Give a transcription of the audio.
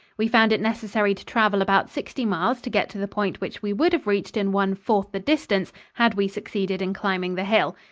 we found it necessary to travel about sixty miles to get to the point which we would have reached in one-fourth the distance had we succeeded in climbing the hill.